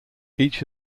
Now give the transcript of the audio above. each